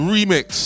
Remix